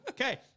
Okay